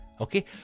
okay